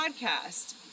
podcast